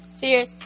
Cheers